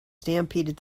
stampeded